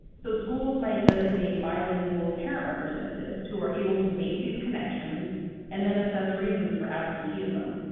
so schools might designate bilingual parent representatives who are able to make these connections and then assess reasons for absenteeism.